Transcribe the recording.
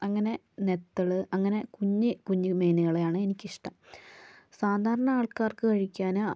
അങ്ങനെ നെത്തൾ അങ്ങനെ കുഞ്ഞു കുഞ്ഞു മീനുകളെയാണ് എനിക്കിഷ്ടം സാധാരണ ആൾക്കാർക്ക് കഴിക്കാൻ